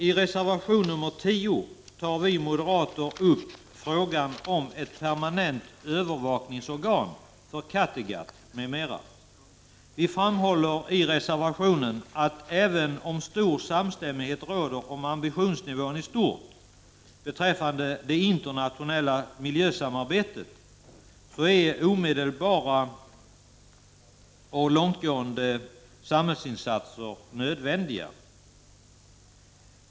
I reservation 10 tar vi moderater upp frågan om ett permanent övervakningsorgan för Kattegatt m.m. Vi framhåller i reservationen att även om stor samstämmighet råder om ambitionsnivån i stort beträffande det internationella miljösamarbetet, så är omedelbara och långtgående samhällsinsatser nödvändiga.